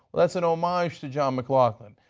that's an homage to john mcglaughlin.